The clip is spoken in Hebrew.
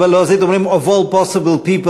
אבל בלועזית אומרים: of all possible people,